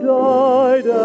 died